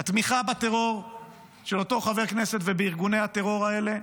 התמיכה של אותו חבר כנסת בארגוני הטרור האלה,